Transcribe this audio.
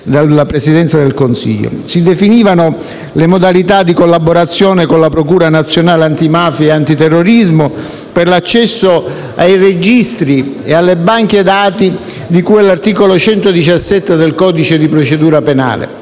Si definivano le modalità di collaborazione con la procura nazionale antimafia e antiterrorismo per l'accesso ai registri e alle banche dati, di cui all'articolo 117 del codice di procedura penale,